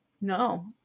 No